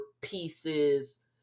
pieces